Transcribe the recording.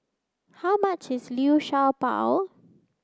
how much is Liu Sha Bao